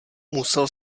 musel